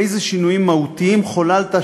איזה שינויים מהותיים חוללת,